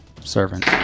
servant